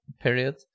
period